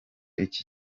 iki